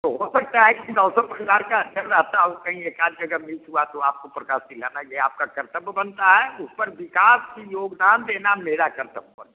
तो हो सकता है कि मौसम भंडार का स्तर रहता हो कही एकाध जगह मिस हुआ तो आप प्रकाशी लाना गया आपका कर्तव्य बनता है उस पर विकास की योगदान देना मेरा कर्तव्य बनता